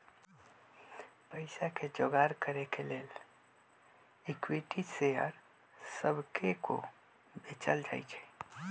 पईसा के जोगार करे के लेल इक्विटी शेयर सभके को बेचल जाइ छइ